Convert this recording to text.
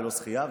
לא שחייה,